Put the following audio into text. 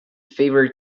favourite